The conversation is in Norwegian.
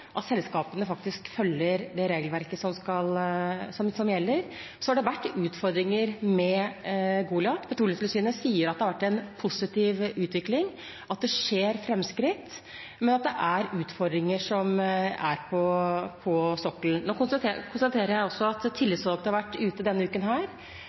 at selskapene faktisk følger det regelverket som gjelder. Det har vært utfordringer med Goliat. Petroleumstilsynet sier at det har vært en positiv utvikling, at det skjer framskritt, men at det er utfordringer på sokkelen. Nå konstaterer jeg også at tillitsvalgte har vært ute denne uken her